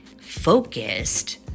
focused